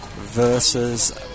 versus